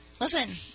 Listen